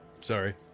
sorry